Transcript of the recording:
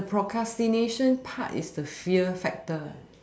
the procrastination part is the fear factor